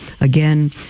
again